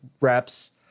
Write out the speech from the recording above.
reps